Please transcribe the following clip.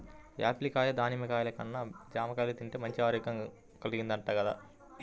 Apple కాయ, దానిమ్మ కాయల కన్నా జాంకాయలు తింటేనే మంచి ఆరోగ్యం కల్గిద్దంట గదా